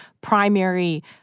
primary